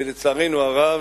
ולצערנו הרב,